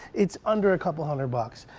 it's under a couple hundred bucks.